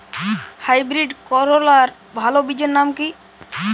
Hybrid করলার ভালো বীজের নাম কি?